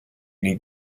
nei